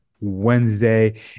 Wednesday